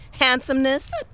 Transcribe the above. Handsomeness